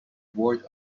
board